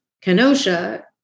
Kenosha